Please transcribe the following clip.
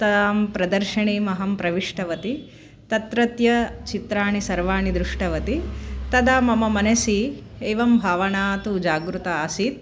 तां प्रदर्शिनीम् अहं प्रविष्टवती तत्रत्यचित्राणि सर्वाणि दृष्टवती तदा मम मनसि एवं भावना तु जागृता आसीत्